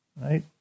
Right